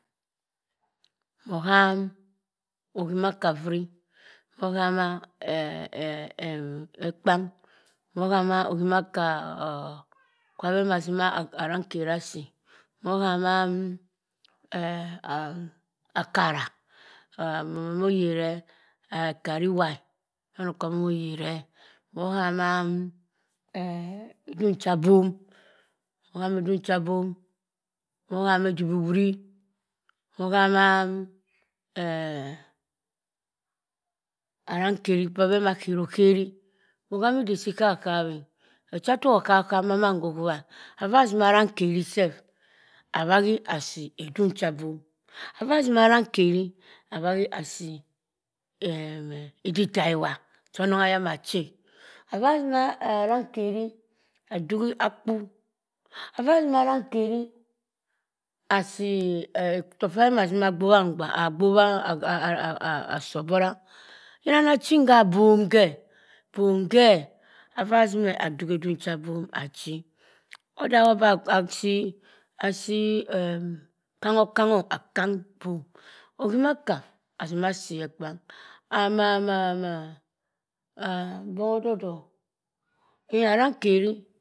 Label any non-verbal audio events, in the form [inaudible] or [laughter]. Oham okhimaka furi, ohama [hesitation] ekpang. moh hama okhimaka kwa be ama sima orankeri asii, mohama akara, mo yireh akara iwa e. mando kwo moyere e. Mohama edung cha bom, mohama edibhi wuri, mohama eh arankeri pah beh ma khero kheri. mohama idik si khabhoghap e. Ochatok okhabho khap mamann kho hubha e. Avaa sima arankeri sef, abhahi asii edung cha bom, avaa sima arankeri asima asaa edita ewa cha anong aya machi e. Avaa sima arankeri aduk akpu, avaa sima ara-keri, avaa sima arankeri. asi otok phabeh ana sima gbobha agba-g gbang. agbobha asii oborah. yina anachin habom khe. Bom khe avaa simeh aduk edung chabom. achi odogho bah achi, achi or akangho kang o akang [unintelligible] akhimaka, azima sii ekpang [unintelligible] mbong odo dok o/ arankeri